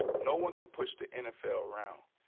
no one can push the nfl around.